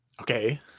Okay